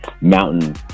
mountain